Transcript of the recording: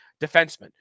defenseman